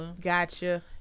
Gotcha